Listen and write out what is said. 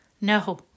No